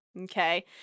Okay